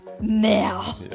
now